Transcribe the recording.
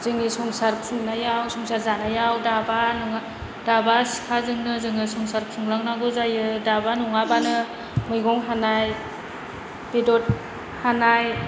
जोंनि संसार खुंनायाव संसार जानायाव दाबा नङाब्ला दाबा सिखाजोंनो जोङो संसार खुंलांनांगौ जायो दाबा नङाबानो मैगं हानाय बेदर हानाय